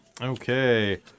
Okay